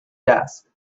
desk